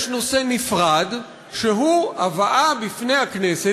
יש נושא נפרד שהוא הבאה בפני הכנסת